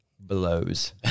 blows